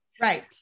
Right